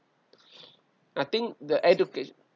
I think the education